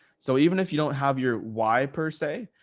so even if you don't have your why per se,